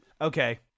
Okay